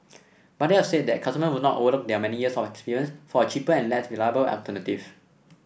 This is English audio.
but they said that customer would not overlook their many years of experience for a cheaper and less reliable alternative